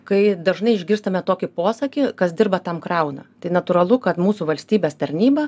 kai dažnai išgirstame tokį posakį kas dirba tam krauna tai natūralu kad mūsų valstybės tarnyba